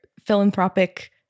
philanthropic